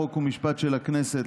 חוק ומשפט של הכנסת,